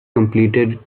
completed